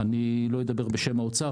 אני לא אדבר בשם האוצר,